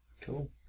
Cool